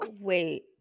Wait